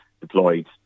deployed